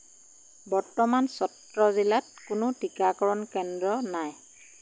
বৰ্তমান চত্ৰ জিলাত কোনো টীকাকৰণ কেন্দ্ৰ নাই